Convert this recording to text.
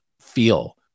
feel